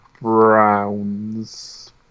Browns